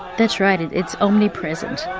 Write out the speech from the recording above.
that's right, and it's omnipresent.